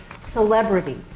celebrity